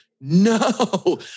no